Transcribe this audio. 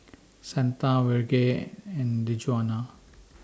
Santa Virge and Djuana